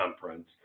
conference